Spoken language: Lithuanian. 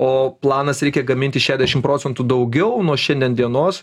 o planas reikia gaminti šedešimt procentų daugiau nuo šiandien dienos